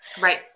Right